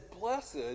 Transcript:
Blessed